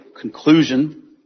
conclusion